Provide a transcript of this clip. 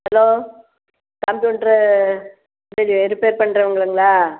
hello computer இது repair பண்ணுறவுருங்களா